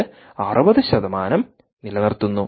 ഇത് 60 നിലനിർത്തുന്നു